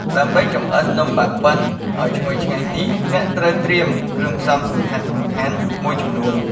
ដើម្បីចម្អិននំបាក់បិនដ៏ឈ្ងុយឆ្ងាញ់នេះ អ្នកត្រូវត្រៀមគ្រឿងផ្សំសំខាន់ៗមួយចំនួន។